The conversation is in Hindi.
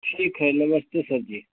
ठीक है नमस्ते सर जी